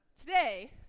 today